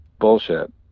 bullshit